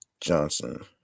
johnson